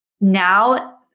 now